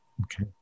Okay